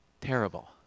Terrible